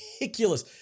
Ridiculous